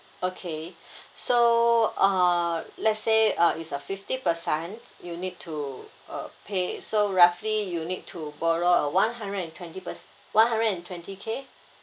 okay so uh let's say uh it's a fifty per cent you need to uh pay so roughly you need to borrow a one hundred and twenty per c~ one hundred and twenty K